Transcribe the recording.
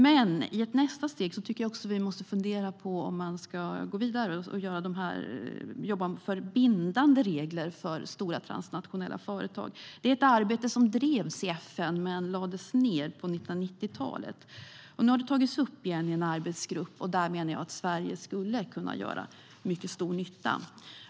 Jag tycker dock att vi i ett nästa steg måste fundera på om man ska gå vidare och jobba för bindande regler för stora transnationella företag. Det är ett arbete som drevs i FN men som lades ned på 1990-talet. Nu har det tagits upp igen i en arbetsgrupp, och där menar jag att Sverige skulle kunna göra mycket stor nytta.